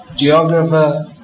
geographer